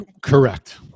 Correct